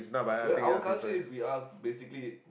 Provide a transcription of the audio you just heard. well our culture is we are basically